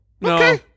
No